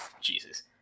Jesus